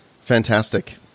Fantastic